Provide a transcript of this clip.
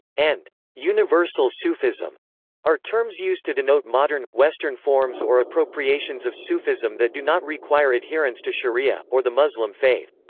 and universal sufism are terms used to denote modern, western forms or appropriations of sufism that do not require adherence to shariah, or the muslim faith.